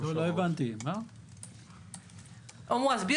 ובתנאי שהוראות לעניין התנאים האמורים בסעיף 2ב2(ב) או ש-?